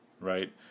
right